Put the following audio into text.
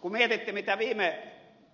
kun mietitte mitä viime